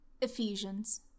Ephesians